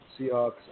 Seahawks